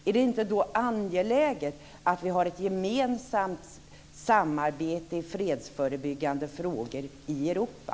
Är det då inte angeläget att vi har ett gemensamt arbete, ett samarbete, i fredsförebyggande frågor i Europa?